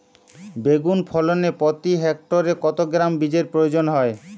বেগুন ফলনে প্রতি হেক্টরে কত গ্রাম বীজের প্রয়োজন হয়?